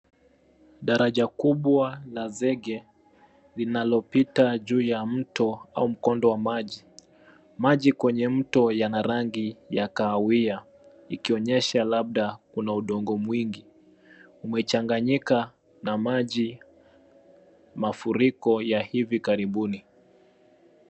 Daraja kubwa la zege linalopita juu ya mto au mkondo wa maji. Maji kwenye mto yana rangi ya kahawia, ikionyesha labda kuna udongo mwingi umechanganyika na maji, mafuriko ya hivi karibuni.